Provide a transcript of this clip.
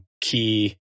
key